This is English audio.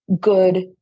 good